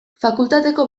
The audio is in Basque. fakultateko